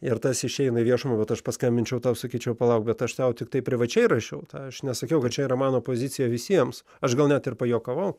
ir tas išeina į viešumą bet aš paskambinčiau tau sakyčiau palauk bet aš sau tiktai privačiai rašiau tą aš nesakiau kad čia yra mano pozicija visiems aš gal net ir pajuokavau